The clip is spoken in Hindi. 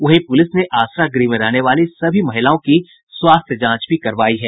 वहीं पुलिस ने आसरा गृह में रहने वाली सभी महिलाओं की स्वास्थ्य जांच भी करायी है